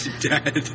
Dead